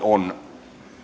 on